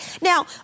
Now